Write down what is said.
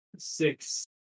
six